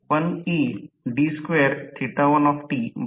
हे एक स्वत च सुरु होणे आहे